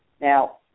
Now